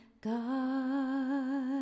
God